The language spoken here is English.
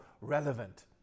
relevant